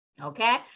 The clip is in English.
Okay